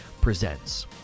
Presents